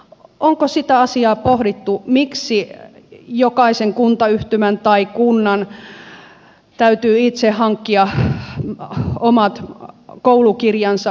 onko sitä asiaa pohdittu miksi jokaisen kuntayhtymän tai kunnan täytyy itse hankkia omat koulukirjansa